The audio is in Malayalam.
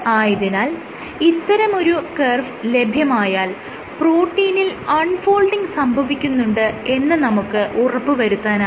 ആയതിനാൽ ഇത്തരമൊരു കർവ് ലഭ്യമായാൽ പ്രോട്ടീനിൽ അൺ ഫോൾഡിങ് സംഭവിക്കുന്നുണ്ട് എന്ന് നമുക്ക് ഉറപ്പുവരുത്താനാകും